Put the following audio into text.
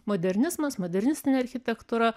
modernizmas modernistinė architektūra